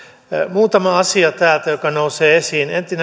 muutama asia täältä jotka nousevat esiin